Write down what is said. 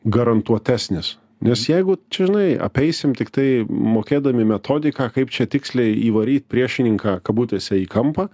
garantuotesnis nes jeigu čia žinai apeisim tiktai mokėdami metodiką kaip čia tiksliai įvaryt priešininką kabutėse į kampą